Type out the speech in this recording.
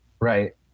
Right